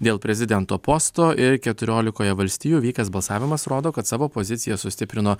dėl prezidento posto ir keturiolikoje valstijų vykęs balsavimas rodo kad savo poziciją sustiprino